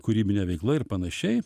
kūrybinė veikla ir panašiai